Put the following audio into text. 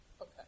Okay